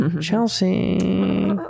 Chelsea